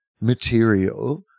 material